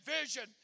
vision